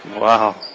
Wow